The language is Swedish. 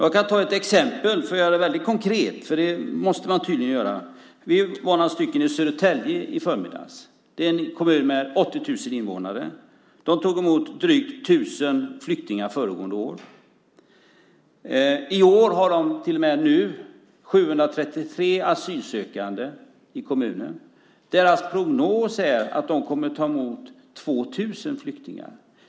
Jag kan ta ett exempel för att göra det väldigt konkret - det måste man tydligen göra. Vi var några stycken i Södertälje i förmiddags. Det är en kommun med 80 000 invånare. Där tog man emot drygt 1 000 flyktingar föregående år. I år har de till och med nu 733 asylsökande i kommunen. Deras prognos är att de kommer att ta emot 2 000 flyktingar.